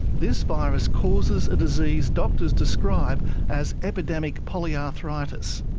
this virus causes a disease doctors describe as epidemic polyarthritis.